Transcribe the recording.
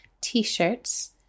T-shirts